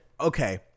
Okay